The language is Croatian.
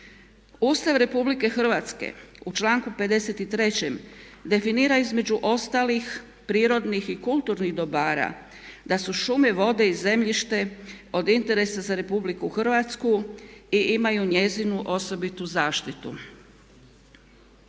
Ustav RH u članku 53. definira između ostalih prirodnih i kulturnih dobara da su šume, vode i zemljište od interesa za RH i imaju njezinu osobitu zaštitu.